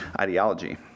ideology